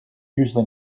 usually